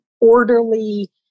orderly